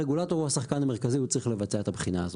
הרגולטור הוא השחקן המרכזי והוא צריך לבצע את הבחינה הזאת.